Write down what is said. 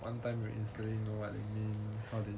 one time you instantly know what it mean